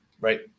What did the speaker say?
Right